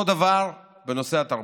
אותו דבר בנושא התרבות.